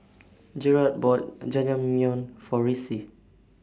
Jerad bought Jajangmyeon For Ricci